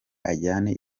ajyane